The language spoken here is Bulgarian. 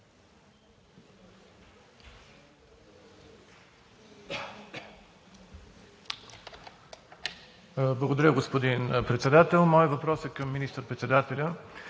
Благодаря, господин Председател. Моят въпрос е към министър-председателя.